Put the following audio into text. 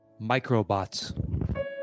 Microbots